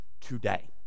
today